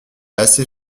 assez